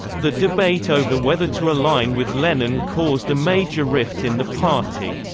the debate over whether to align with lenin caused a major rift in the party.